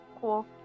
Cool